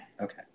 Okay